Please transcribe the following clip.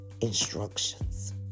instructions